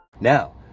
Now